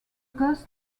ghost